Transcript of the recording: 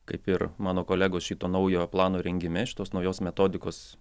kaip ir mano kolegos šito naujo plano rengime šitos naujos metodikos